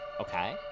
okay